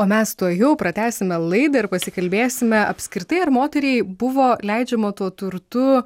o mes tuojau pratęsime laidą ir pasikalbėsime apskritai ar moteriai buvo leidžiama tuo turtu